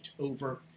over